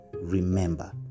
Remember